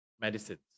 medicines